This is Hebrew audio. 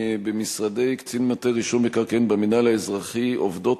במשרדי קצין מטה רישום מקרקעין במינהל האזרחי עובדות